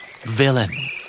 Villain